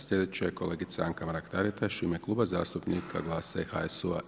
Sljedeća je kolegica Anka Mrak-Taritaš u ime Kluba zastupnika GLASA i HSU-a.